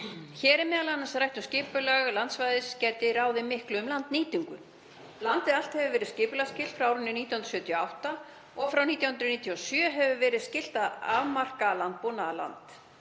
Hér er m.a. rætt um að skipulag landsvæðis gæti ráðið miklu um landnýtingu. Landið allt hefur verið skipulagsskylt frá árinu 1978 og frá 1997 hefur verið skylt að afmarka landbúnaðarland.